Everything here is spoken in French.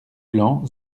blanc